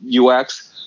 UX